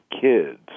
kids